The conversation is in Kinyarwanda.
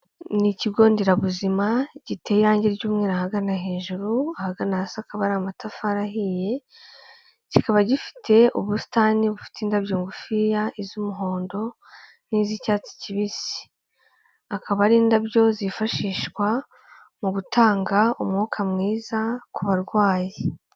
Ni Ikigo Nderabuzima giteye irangi ry'umweru ahagana hejuru, ahagana hasi akaba ari amatafari ahiye, kikaba gifite ubusitani bufite indabyo ngufiya: iz'umuhondo n'iz'icyatsi kibisi. Akaba ari indabyo zifashishwa mu gutanga umwuka mwiza ku barwayi.